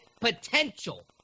potential